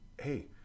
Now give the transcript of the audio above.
hey